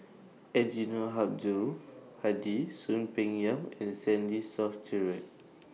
Eddino Abdul Hadi Soon Peng Yam and Stanley Toft Stewart